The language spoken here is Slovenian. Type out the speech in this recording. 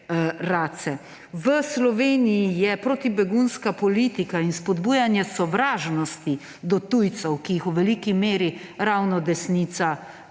V Sloveniji je protibegunska politika in spodbujanje sovražnosti do tujcev, ki jih v veliki meri ravno desnica,